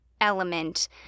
element